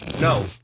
no